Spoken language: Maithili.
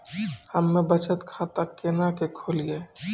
हम्मे बचत खाता केना के खोलियै?